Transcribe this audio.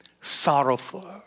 sorrowful